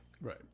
Right